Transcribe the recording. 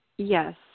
Yes